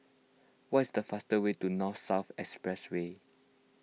what's the fast way to North South Expressway